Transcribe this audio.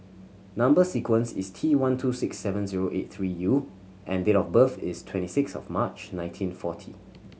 number sequence is T one two six seven zero eight three U and date of birth is twenty six of March nineteen forty